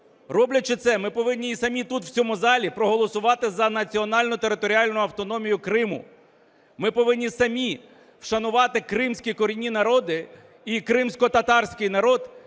Роблячи це, ми повинні і самі тут, в цьому залі, проголосувати за національну територіальну автономію Криму. Ми повинні самі вшанувати кримські корінні народи і кримськотатарський народ,